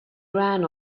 ran